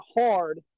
hard